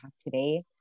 today